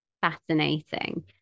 fascinating